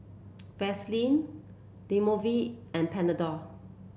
Vaselin Dermaveen and Panadol